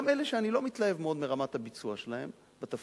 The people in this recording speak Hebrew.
גם אלה שאני לא מתלהב מאוד מרמת הביצוע שלהם בתפקיד,